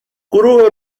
گروه